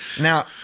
Now